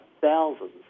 thousands